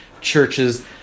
churches